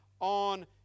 on